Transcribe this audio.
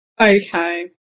Okay